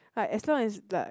like as long as like